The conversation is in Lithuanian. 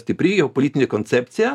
stipri jau politinė koncepcija